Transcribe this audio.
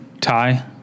tie